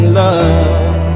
love